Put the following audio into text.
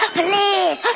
please